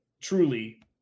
truly